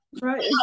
Right